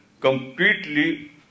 completely